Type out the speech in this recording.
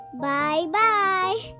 Bye-bye